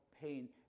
pain